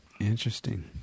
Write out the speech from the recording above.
Interesting